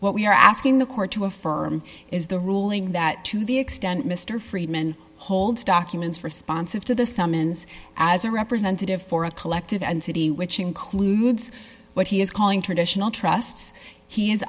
what we're asking the court to affirm is the ruling that to the extent mr friedman holds documents responsive to the summons as a representative for a collective entity which includes what he is calling traditional trusts he is